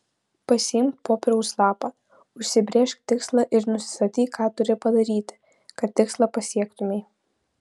pasiimk popieriaus lapą užsibrėžk tikslą ir nusistatyk ką turi padaryti kad tikslą pasiektumei